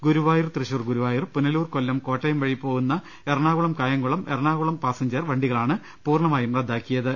ഗുരുവായൂർ തൃശൂർ ഗുരുവായൂർ പുനലൂർ കൊല്ലം കോട്ടയം വഴി പോകുന്ന എറണാകുളംകായംകുളം എറണാകുളം പാസ ഞ്ചർ വണ്ടികളാണ് പ്രൂർണമായും റദ്ദാക്കിയത്